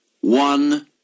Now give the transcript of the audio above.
one